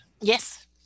yes